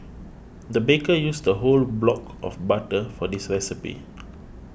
the baker used a whole block of butter for this recipe